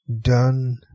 done